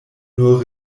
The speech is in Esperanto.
nur